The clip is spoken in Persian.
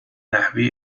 نحوه